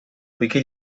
poiché